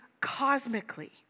cosmically